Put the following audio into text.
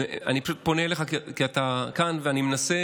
אני פשוט פונה אליך כי אתה כאן ואני מנסה